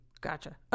Gotcha